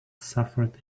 suffered